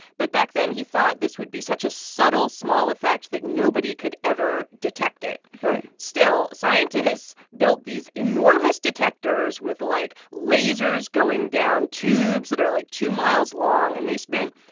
but back then, he thought this would be such a subtle, small effect that nobody could ever detect it right still, scientists built these enormous detectors with, like, lasers going down tubes that are, like, two miles long, and they spent,